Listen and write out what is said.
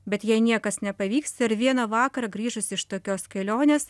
bet jei niekas nepavyksta ir vieną vakarą grįžusi iš tokios kelionės